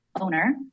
owner